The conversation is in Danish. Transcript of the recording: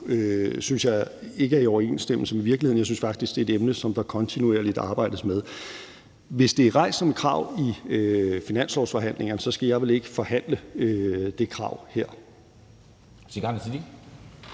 synes jeg ikke er i overensstemmelse med virkeligheden. Jeg synes faktisk, det er et emne, der kontinuerligt arbejdes med. Hvis det er rejst som et krav i finanslovsforhandlingerne, skal jeg vel ikke forhandle det krav her. Kl.